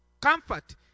comfort